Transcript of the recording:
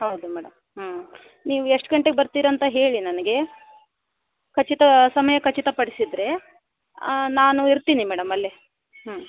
ಹೌದು ಮೇಡಮ್ ಹ್ಞೂ ನೀವು ಎಷ್ಟು ಗಂಟೆಗೆ ಬರ್ತೀರಂತ ಹೇಳಿ ನನಗೆ ಖಚಿತ ಸಮಯ ಖಚಿತಪಡಿಸಿದ್ರೆ ನಾನು ಇರ್ತೀನಿ ಮೇಡಮ್ ಅಲ್ಲೆ ಹ್ಞೂ